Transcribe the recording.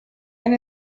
and